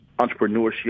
entrepreneurship